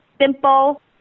simple